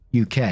UK